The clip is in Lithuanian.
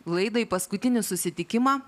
laidą į paskutinį susitikimą